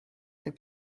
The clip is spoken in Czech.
tak